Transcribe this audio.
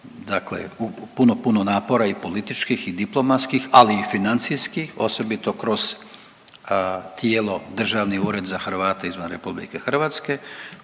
dakle puno, puno napora i političkih i diplomatskih ali i financijskih osobito kroz tijelo Državni ured za Hrvate izvan Republike Hrvatske